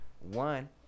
One